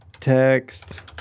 Text